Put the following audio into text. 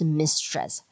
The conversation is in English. mistress